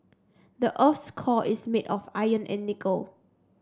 the earth's core is made of iron and nickel